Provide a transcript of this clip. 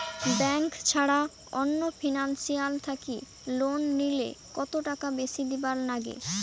Bank ছাড়া অন্য financial থাকি লোন নিলে কতটাকা বেশি দিবার নাগে?